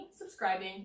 subscribing